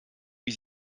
wie